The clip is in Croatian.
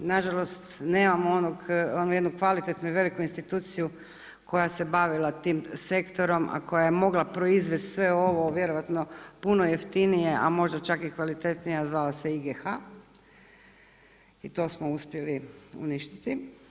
Nažalost, nemamo onu jednu veliku i kvalitetnu instituciju koja se bavila tim sektorom, a koja je mogla proizvesti sve ovo vjerojatno puno jeftinije, a možda čak i kvalitetnije, a zvao se IGH i to smo uspjeli uništiti.